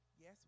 Yes